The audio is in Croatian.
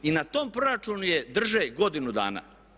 I na tom proračunu je drže godinu dana.